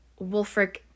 Wolfric